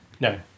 No